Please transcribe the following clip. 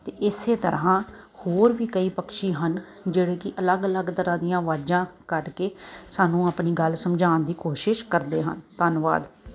ਅਤੇ ਇਸੇ ਤਰ੍ਹਾਂ ਹੋਰ ਵੀ ਕਈ ਪੰਛੀ ਹਨ ਜਿਹੜੇ ਕਿ ਅਲੱਗ ਅਲੱਗ ਤਰ੍ਹਾਂ ਦੀਆਂ ਅਵਾਜ਼ਾਂ ਕੱਢ ਕੇ ਸਾਨੂੰ ਆਪਣੀ ਗੱਲ ਸਮਝਾਉਣ ਦੀ ਕੋਸ਼ਿਸ਼ ਕਰਦੇ ਹਨ ਧੰਨਵਾਦ